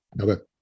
Okay